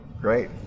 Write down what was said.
Great